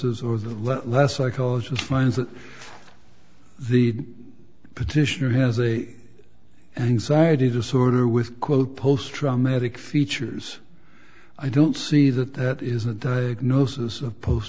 says or that let less psychologist finds that the petitioner has a anxiety disorder with quote post traumatic features i don't see that that is a diagnosis of post